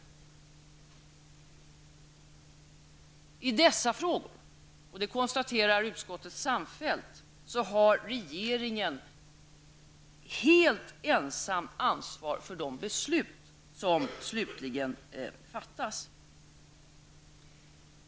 När det gäller dessa frågor -- och det konstaterar utskottet samfällt -- har regeringen helt ensam ansvar för de beslut som till sist fattas.